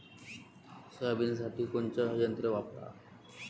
सोयाबीनसाठी कोनचं यंत्र वापरा?